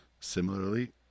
similarly